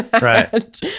right